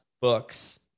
books